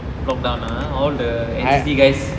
lock down ah all the N_C_C guys